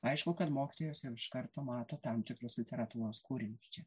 aišku kad mokytojas jau iš karto mato tam tikrus literatūros kūrinius čia